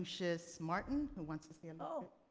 lucius martin, who wants to say a little